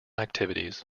activities